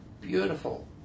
beautiful